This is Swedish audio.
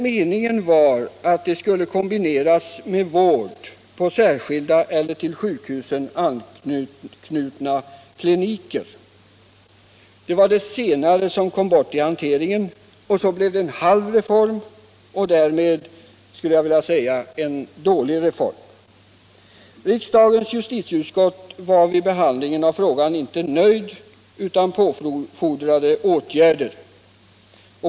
Meningen var att det skulle kombineras med vård på särskilda eller till sjukhusen anknutna kliniker. Det senare kom bort i hanteringen, och så blev det en halv reform — och därmed, skulle jag vilja säga, en dålig reform. Riksdagens justitieutskott var vid behandlingen av frågan inte nöjd utan påfordrade åtgärder.